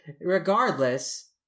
regardless